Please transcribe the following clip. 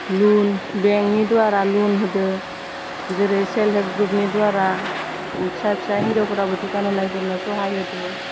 लुन बेंकनि दुवारा लुन होदो जेरै सेल्प हेल्प ग्रुपनि दुवारा फिसा फिसा हिन्जावफोराबो दुखान होनायफोरनो सहाय होदो